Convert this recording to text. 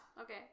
Okay